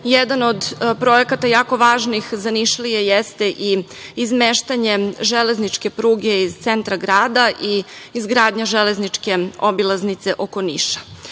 od projekata jako važnih za Nišlije jeste i izmeštanje železničke pruge iz centra grada i izgradnja železničke obilaznice oko Niša.